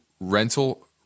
rental